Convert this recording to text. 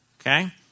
Okay